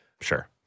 Sure